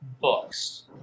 books